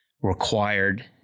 required